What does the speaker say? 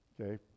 Okay